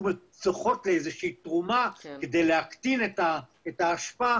היו שמחות לאיזושהי תרומה כדי להקטין את האשפה